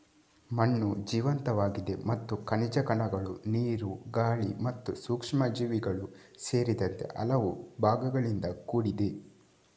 ಮಣ್ಣು ಜೀವಂತವಾಗಿದೆ ಮತ್ತು ಖನಿಜ ಕಣಗಳು, ನೀರು, ಗಾಳಿ ಮತ್ತು ಸೂಕ್ಷ್ಮಜೀವಿಗಳು ಸೇರಿದಂತೆ ಹಲವು ಭಾಗಗಳಿಂದ ಕೂಡಿದೆ